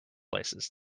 places